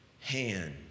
hand